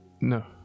No